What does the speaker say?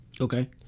Okay